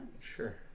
Sure